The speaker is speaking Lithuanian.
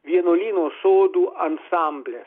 vienuolyno sodų ansamblis